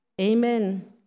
Amen